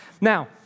Now